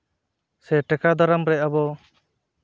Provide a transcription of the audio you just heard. ᱥᱮ ᱴᱮᱠᱟᱣ ᱫᱟᱨᱟᱢ ᱨᱮ ᱟᱵᱚ